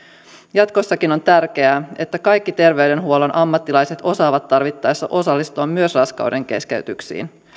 jatkossakin on tärkeää että kaikki terveydenhuollon ammattilaiset osaavat tarvittaessa osallistua myös raskaudenkeskeytyksiin